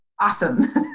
awesome